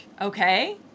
okay